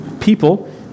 people